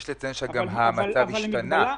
יש לציין שגם המצב השתנה.